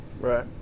right